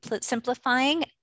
simplifying